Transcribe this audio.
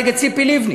נגד ציפי לבני.